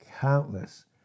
countless